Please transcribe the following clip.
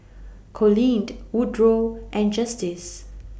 Coleen Woodrow and Justice